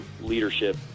leadership